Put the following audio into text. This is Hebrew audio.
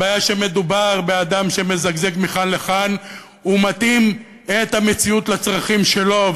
הבעיה היא שמדובר באדם שמזגזג מכאן לכאן ומתאים את המציאות לצרכים שלו.